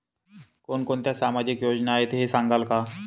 कोणकोणत्या सामाजिक योजना आहेत हे सांगाल का?